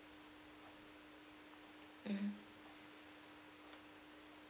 mmhmm